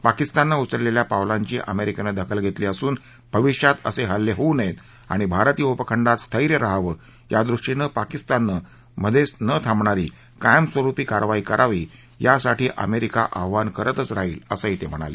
पाकिस्ताननं उचलेल्या पावलांची अमेरिकेनं दखल घेतली असून भविष्यात असे हल्ले होऊ नयेत आणि भारतीय उपखंडात स्थेय रहावं यादृष्टीनं पाकिस्ताननं मधेच न थांबणारी कायमस्वरुपी कारवाई करावी यासाठी अमेरिका आव्हान करतच राहील असं ते म्हणाले